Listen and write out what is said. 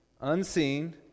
unseen